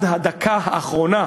עד הדקה האחרונה.